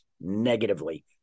negatively